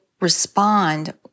respond